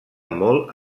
molt